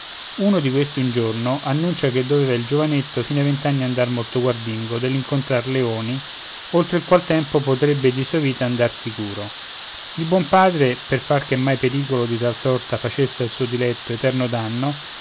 uno di questi un giorno annuncia che doveva il giovinetto fino ai vent'anni andar molto guardingo dall'incontrar leoni oltre il qual tempo potrebbe di sua vita andar sicuro il buon padre per far che mai pericolo di tal sorta facesse al suo diletto eterno danno